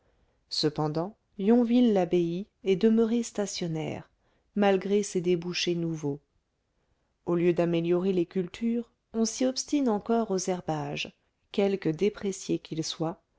cependant yonville labbaye est demeuré stationnaire malgré ses débouchés nouveaux au lieu d'améliorer les cultures on s'y obstine encore aux herbages quelque dépréciés qu'ils soient